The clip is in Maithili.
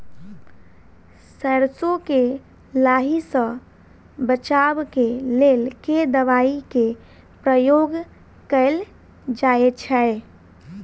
सैरसो केँ लाही सऽ बचाब केँ लेल केँ दवाई केँ प्रयोग कैल जाएँ छैय?